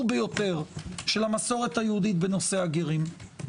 ביותר של המסורת היהודית בנושא הגרים.